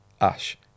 Ash